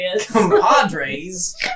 Compadres